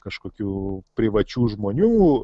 kažkokių privačių žmonių